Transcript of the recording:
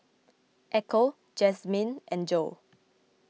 Echo Jazmine and Joe